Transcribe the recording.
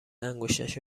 انگشتش